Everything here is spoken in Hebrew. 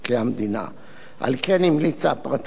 על כן המליצה הפרקליטות כי התיק ייסגר,